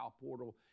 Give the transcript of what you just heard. portal